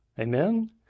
Amen